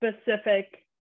specific